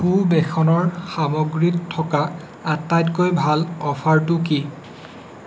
সুবেশনৰ সামগ্ৰীত থকা আটাইতকৈ ভাল অফাৰটো কি